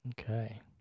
okay